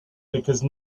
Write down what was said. because